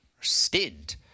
stint